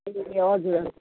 ए हजुर हजुर